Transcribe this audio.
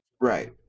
Right